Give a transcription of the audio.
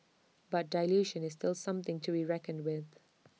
but dilution is still something to reckoned with